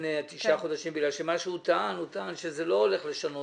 הוא טען שזה לא הולך לשנות.